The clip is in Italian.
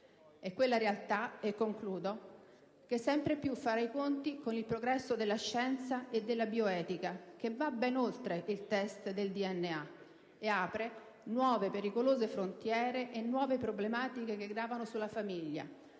è quella realtà, e concludo, che sempre più farà i conti con il progresso della scienza e della bioetica che va ben oltre il test del DNA e apre nuove pericolose frontiere e nuove problematiche che gravano sulla famiglia,